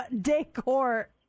decor